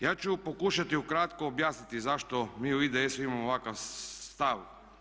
Ja ću pokušati ukratko objasniti zašto mi u IDS-u imamo ovakav stav.